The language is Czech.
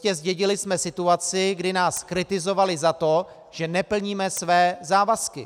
Prostě zdědili jsme situaci, kdy nás kritizovali za to, že neplníme své závazky.